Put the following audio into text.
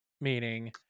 Meaning